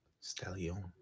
stallion